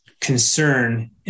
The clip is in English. concern